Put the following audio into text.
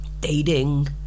dating